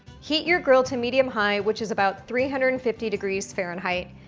heat your grill to medium-high, which is about three hundred and fifty degrees fahrenheit,